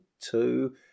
two